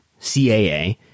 CAA